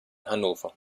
hannover